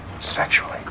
Sexually